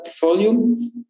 volume